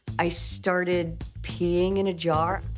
i started peeing in a jar.